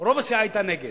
רוב הסיעה היתה נגד.